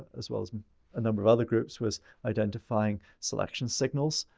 as well as a number of other groups, was identifying selection signals.